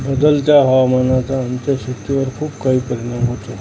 बदलत्या हवामानाचा आमच्या शेतीवर खूप काही परिणाम होतो